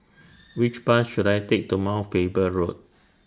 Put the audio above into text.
Which Bus should I Take to Mount Faber Road